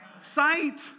sight